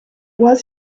was